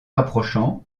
approchant